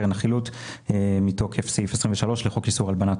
קרן החילוט מתוקף סעיף 23 לחוק איסור הלבנת